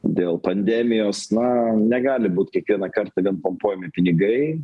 dėl pandemijos na negali būt kiekvieną kartą vien pompuojami pinigai